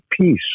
peace